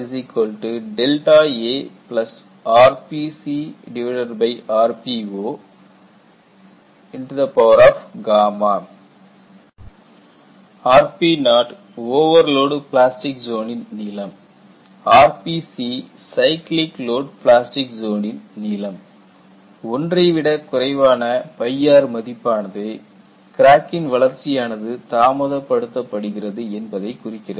R a rpcrpo 20 rpo overload plastic ஜோனின் நீளம் rpc cyclic load plastic ஜோனின் நீளம் ஒன்றை விட குறைவான R மதிப்பானது கிராக்கின் வளர்ச்சியானது தாமதப்படுத்தப் படுகிறது என்பதைக் குறிக்கிறது